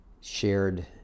shared